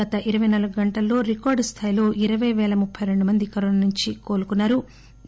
గత ఇరపై నాలుగు గంటల్లో రికార్డు స్టాయిలో ఇరపై పేల ముప్పె రెండుమంది కరోనా నుంచి కోలుకున్నారు